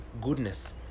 goodness